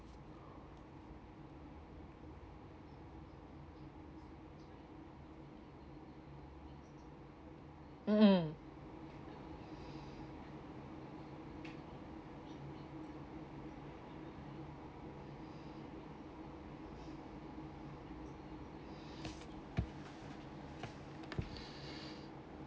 mm